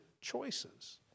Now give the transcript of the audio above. choices